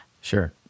Sure